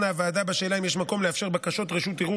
הוועדה דנה בשאלה אם יש מקום לאפשר בקשות רשות ערעור